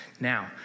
Now